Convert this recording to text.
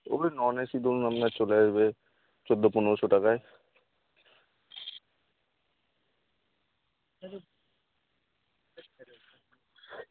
ওই non AC ধরুন আপনার চলে আসবে চোদ্দো পনেরোশো টাকায়